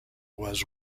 was